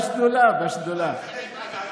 בשדולה, בשדולה.